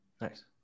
Nice